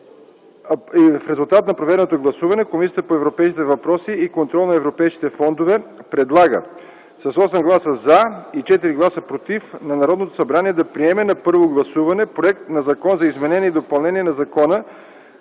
в резултат на проведеното гласуване Комисията по европейските въпроси и контрол на европейските фондове предлага с 8 гласа „за” и 4 гласа „против” на Народното събрание да приеме на първо гласуване Законопроект за изменение и допълнение на Закона